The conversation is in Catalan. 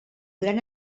gran